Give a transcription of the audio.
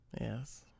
Yes